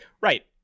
Right